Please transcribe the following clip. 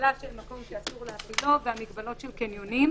הפעלה של מקום שאסור להפעילו והמגבלות של קניונים.